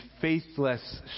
faithless